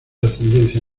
ascendencia